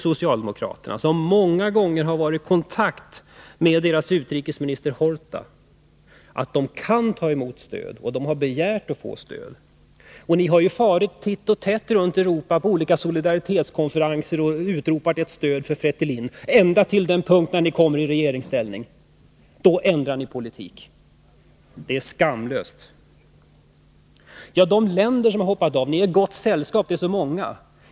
Socialdemokraterna, som många gånger har varit i kontakt med dess utrikesminister Horta, vet att befrielserörelsen kan ta emot stöd och också har begärt att få stöd. Ni socialdemokrater har farit titt och tätt runt Europa på olika solidaritetskonferenser och utropat ert stöd till Fretilin, ända till den dag när ni kommer i regeringsställning. Då ändrar ni politik. Det är skamlöst! Ni är i gott sällskap. Många länder har hoppat av.